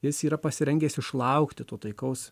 jis yra pasirengęs išlaukti to taikaus